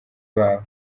babo